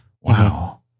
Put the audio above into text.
wow